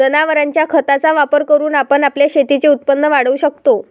जनावरांच्या खताचा वापर करून आपण आपल्या शेतीचे उत्पन्न वाढवू शकतो